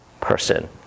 person